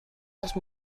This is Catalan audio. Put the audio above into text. als